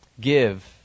Give